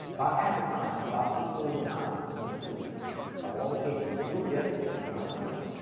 about half the time about eight million times with single precision of all the cases you'll get not a number.